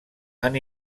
han